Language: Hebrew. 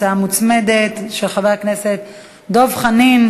התשע"ג 2013,